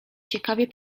ciekawie